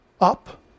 Up